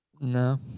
no